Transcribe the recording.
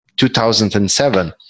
2007